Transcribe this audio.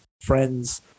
friends